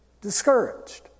discouraged